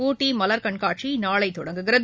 உளட்டி மலர் கண்காட்சி நாளை தொடங்குகிறது